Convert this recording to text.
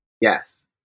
Yes